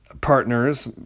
partners